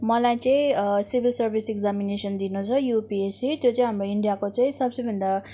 मलाई चाहिँ civil service examination दिँदा चाहिँ यो युपिएससी त्यो चाहिँ हामी इन्डियाको चाहिँ सबसे भन्दा